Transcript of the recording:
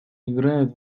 играют